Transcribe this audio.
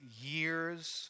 years